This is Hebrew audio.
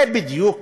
זה בדיוק